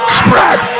spread